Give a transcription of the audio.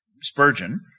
Spurgeon